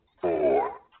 four